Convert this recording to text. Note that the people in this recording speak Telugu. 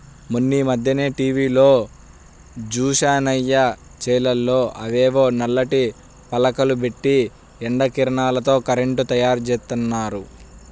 మొన్నీమధ్యనే టీవీలో జూశానయ్య, చేలల్లో అవేవో నల్లటి పలకలు బెట్టి ఎండ కిరణాలతో కరెంటు తయ్యారుజేత్తన్నారు